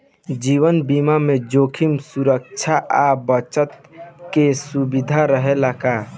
जीवन बीमा में जोखिम सुरक्षा आ बचत के सुविधा रहेला का?